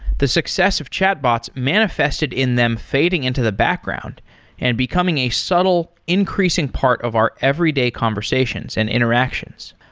the success of chatbots manifested in them fading into the background and becoming a subtle increasing part of our everyday conversations and interactions.